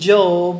Job